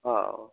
हा